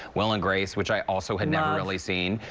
will and grace which i also had never really seen.